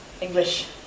English